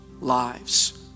lives